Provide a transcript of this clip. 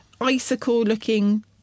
icicle-looking